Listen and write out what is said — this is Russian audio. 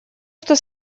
что